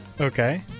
Okay